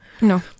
No